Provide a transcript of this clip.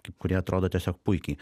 kai kurie atrodo tiesiog puikiai